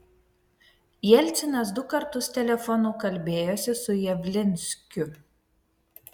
jelcinas du kartus telefonu kalbėjosi su javlinskiu